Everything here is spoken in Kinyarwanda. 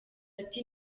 ati